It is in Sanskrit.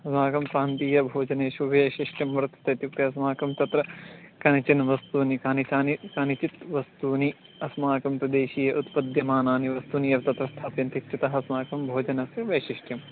अस्माकं प्रान्तीयभोजनेषु वैशिष्ट्यं वर्तते इत्युक्ते अस्माकं तत्र कानिचन वस्तूनि कानि कानि कानिचित् वस्तूनि अस्माकं प्रदेशीय उत्पद्यमानानि वस्तूनि एव तत्र स्थाप्यन्ति इत्यतः अस्माकं भोजनस्य वैशिष्ट्यं